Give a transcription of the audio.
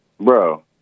Bro